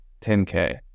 10K